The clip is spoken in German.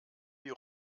die